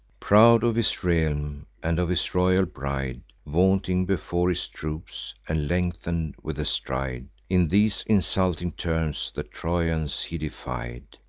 proud of his realm, and of his royal bride, vaunting before his troops, and lengthen'd with a stride, in these insulting terms the trojans he defied